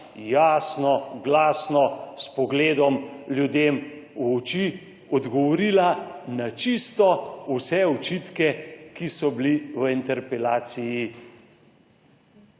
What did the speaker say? jasno, glasno, s pogledom ljudem v oči odgovorila na čisto vse očitke, ki so bili v interpelaciji